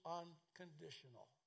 unconditional